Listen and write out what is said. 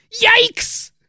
Yikes